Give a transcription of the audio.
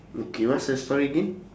okay what's the story again